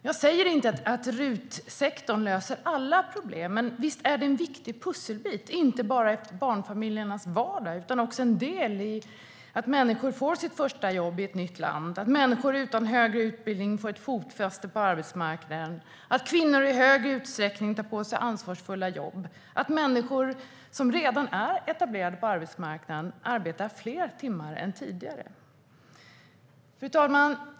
Jag säger inte att RUT-sektorn löser alla problem, men visst är den en viktig pusselbit inte bara i barnfamiljernas vardag utan också för att människor får sitt första jobb i ett nytt land, att människor utan högre utbildning får fotfäste på arbetsmarknaden, att kvinnor i stor utsträckning tar på sig ansvarsfulla jobb, att människor som redan är etablerade på arbetsmarknaden arbetar fler timmar än tidigare. Fru talman!